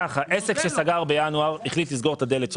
עסק שבינואר החליט לסגור את הדלת שלו,